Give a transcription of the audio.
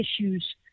issues